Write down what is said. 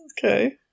okay